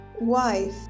wife